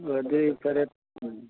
ꯑꯗꯨꯗꯤ ꯐꯔꯦ ꯎꯝ